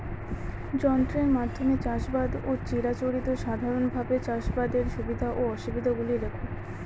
যন্ত্রের মাধ্যমে চাষাবাদ ও চিরাচরিত সাধারণভাবে চাষাবাদের সুবিধা ও অসুবিধা গুলি লেখ?